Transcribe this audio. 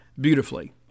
beautifully